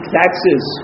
taxes